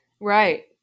Right